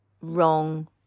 wrong